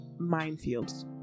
minefields